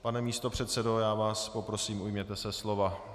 Pane místopředsedo, já vás poprosím, ujměte se slova.